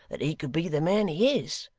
that he could be the man he is!